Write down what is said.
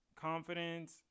confidence